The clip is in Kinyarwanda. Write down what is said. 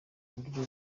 buryo